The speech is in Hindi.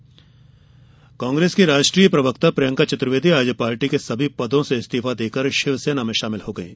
प्रियंका इस्तीफा कांग्रेस की राष्ट्रीय प्रवक्ता प्रियंका चतुर्वेदी आज पार्टी के सभी पदों से इस्तीफा देकर शिवसेना में शामिल हो गईं